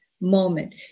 moment